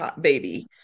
baby